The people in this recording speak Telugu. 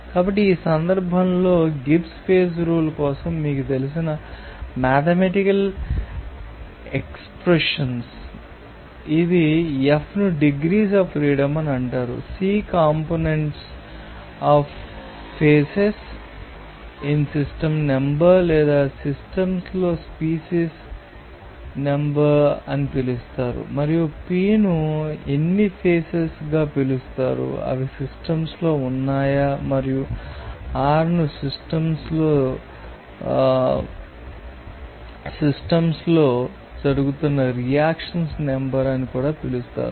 కాబట్టి ఈ సందర్భంలో గిబ్స్ ఫేజ్ రూల్ కోసం మీకు తెలిసిన మేథమెటికల్ ఎక్స్ప్రెషన్స్ ఇది F ను డిగ్రీస్ అఫ్ ఫ్రీడమ్ అంటారు C components of phases in system number లేదా సిస్టమ్స్ లలో స్పీసీస్ నెంబర్ అని పిలుస్తారు మరియు P ను ఎన్ని ఫేసెస్ గా పిలుస్తారు అవి సిస్టమ్స్ లో ఉన్నాయా మరియు R ను సిస్టమ్స్లో జరుగుతున్న రియాక్షన్స్ నెంబర్ అని కూడా పిలుస్తారు